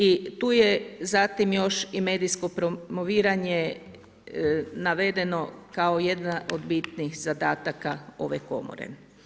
I tu je zatim još i medijsko promoviranje navedeno kao jedna od bitnih zadataka ove komore.